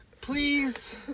Please